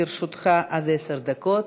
לרשותך עד עשר דקות,